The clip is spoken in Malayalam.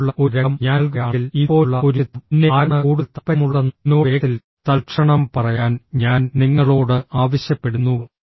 ഇതുപോലുള്ള ഒരു രംഗം ഞാൻ നൽകുകയാണെങ്കിൽ ഇതുപോലുള്ള ഒരു ചിത്രം പിന്നെ ആരാണ് കൂടുതൽ താൽപ്പര്യമുള്ളതെന്ന് എന്നോട് വേഗത്തിൽ തൽക്ഷണം പറയാൻ ഞാൻ നിങ്ങളോട് ആവശ്യപ്പെടുന്നു